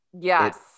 Yes